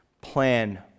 plan